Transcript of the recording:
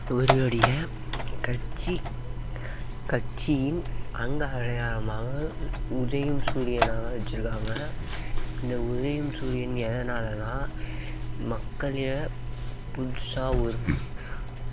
இவருடைய கட்சி கட்சியின் அங்க அடையாளமாக உதயும் சூரியனை வச்சுருக்காங்க இந்த உதயும் சூரியன் எதனாலனால் மக்களை புதுசாக ஒரு